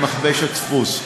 ממכבש הדפוס,